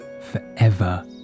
forever